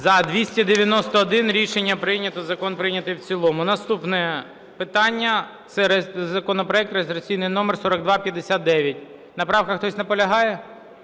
За-291 Рішення прийнято. Закон прийнятий в цілому. Наступне питання – це законопроект, реєстраційний номер 4259. На правках хтось наполягає?